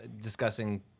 discussing